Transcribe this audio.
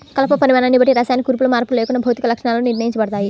కలప పరిమాణాన్ని బట్టి రసాయన కూర్పులో మార్పు లేకుండా భౌతిక లక్షణాలు నిర్ణయించబడతాయి